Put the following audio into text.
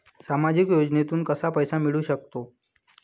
सामाजिक योजनेतून कसा पैसा मिळू सकतो?